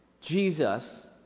Jesus